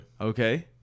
Okay